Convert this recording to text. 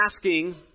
asking